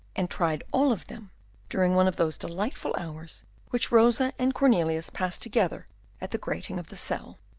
and tried all of them during one of those delightful hours which rosa and cornelius passed together at the grating of the cell.